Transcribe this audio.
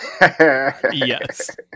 yes